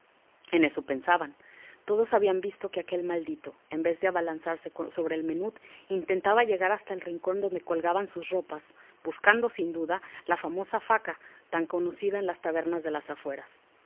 en eso pensaban todos habían visto que aquel maldito en vez de abalanzarse sobre el menut intentaba llegar hasta el rincón donde colgaban sus ropas buscando sin duda la famosa faca tan conocida en las tabernas de las afueras